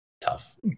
Tough